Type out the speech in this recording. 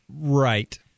Right